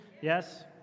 Yes